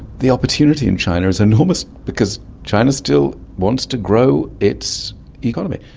the opportunity in china is enormous because china still wants to grow its economy.